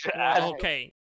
Okay